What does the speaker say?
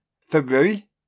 February